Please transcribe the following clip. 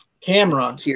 camera